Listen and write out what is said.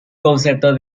concepto